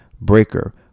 breaker